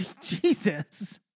Jesus